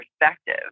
perspective